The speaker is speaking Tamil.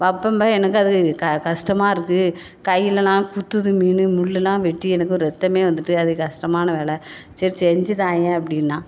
வைப்பம்மே எனக்கு அது க கஷ்டமாக இருக்குது கைலலாம் குத்துது மீன் முல்லுலாம் வெட்டி எனுக்கு ரத்தம் வந்துட்டு அது கஷ்டமான வேலை சரி செஞ்சி தாயேன் அப்படின்னா